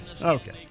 Okay